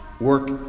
work